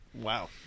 Wow